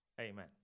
Amen